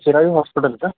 Chirayu hospital का